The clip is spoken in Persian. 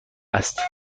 است